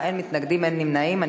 אורלב, לקריאה ראשונה.